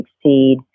succeed